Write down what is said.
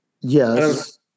Yes